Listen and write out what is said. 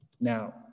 Now